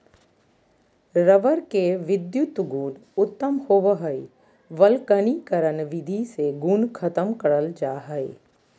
rubber के विधुत गुण उत्तम होवो हय वल्कनीकरण विधि से गुण खत्म करल जा हय